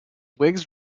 whigs